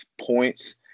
points